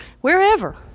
wherever